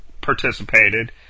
participated